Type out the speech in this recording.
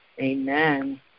Amen